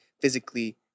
physically